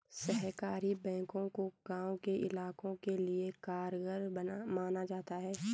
सहकारी बैंकों को गांव के इलाकों के लिये कारगर माना जाता है